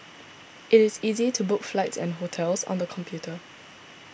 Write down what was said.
it is easy to book flights and hotels on the computer